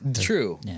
True